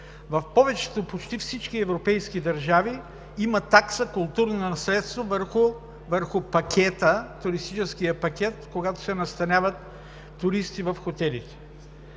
В повечето – в почти всички, европейски държави има такса „културно наследство“ върху туристическия пакет, когато се настаняват туристи в хотелите.